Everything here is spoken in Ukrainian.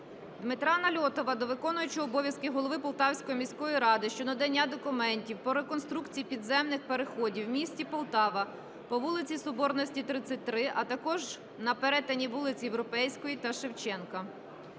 Дмитра Нальотова до виконуючого обов'язки голови Полтавської міської ради щодо надання документів по реконструкції підземних переходів у місті Полтава по вулиці Соборності, 33, а також на перетині вулиць Європейської та Шевченка.